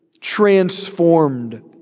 transformed